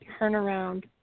turnaround